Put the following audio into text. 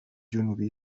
جنوبی